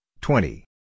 twenty